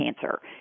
cancer